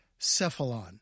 Cephalon